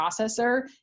processor